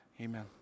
amen